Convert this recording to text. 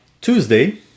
Tuesday